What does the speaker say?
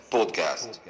Podcast